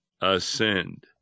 ascend